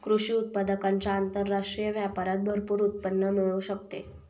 कृषी उत्पादकांच्या आंतरराष्ट्रीय व्यापारात भरपूर उत्पन्न मिळू शकते